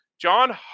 John